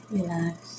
Relax